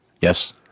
Yes